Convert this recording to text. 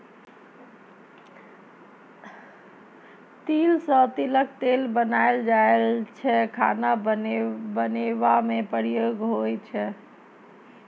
तिल सँ तिलक तेल बनाएल जाइ छै खाना बनेबा मे प्रयोग होइ छै